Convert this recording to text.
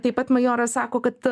taip pat majoras sako kad